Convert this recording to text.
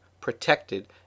protected